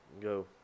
Go